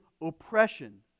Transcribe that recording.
oppression